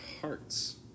hearts